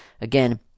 Again